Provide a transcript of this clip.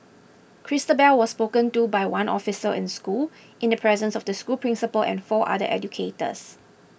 Christabel was spoken to by one officer in school in the presence of the school principal and four other educators